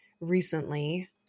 recently